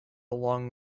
long